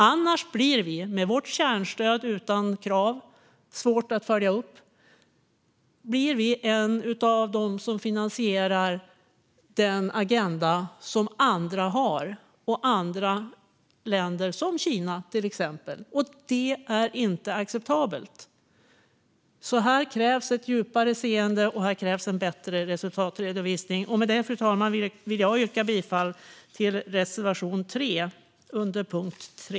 Annars blir vi med vårt kärnstöd utan krav, som är svåra att följa upp, en av dem som finansierar den agenda som andra länder har, till exempel Kina. Det är inte acceptabelt. Här krävs ett djupare seende och en bättre resultatredovisning. Med detta vill jag yrka bifall till reservation 3.